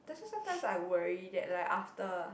that's why sometimes I worry that like after